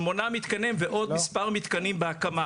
ועוד מספר מתקנים בהקמה.